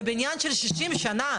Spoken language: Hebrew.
בבניין של 60 שנה,